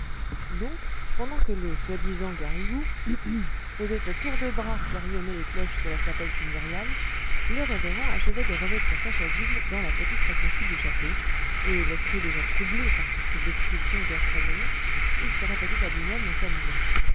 donc pendant que le soi-disant garrigou hum hum faisait à tour de bras carillonner les cloches de la chapelle seigneuriale le révérend achevait de revêtir sa chasuble dans la petite sacristie du château et l'esprit déjà troublé par toutes ces descriptions gastronomiques il se répétait à lui-même en s'habillant